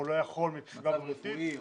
או לא יכול מבחינה בריאותית,